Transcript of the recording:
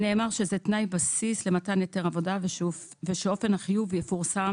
נאמר שזה תנאי בסיס למתן היתר עבודה ושאופן החיוב יפורסם